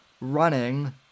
running